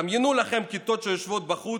דמיינו לכם כיתות שיושבות בחוץ,